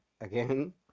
again